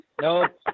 Nope